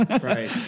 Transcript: Right